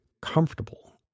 comfortable